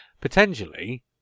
potentially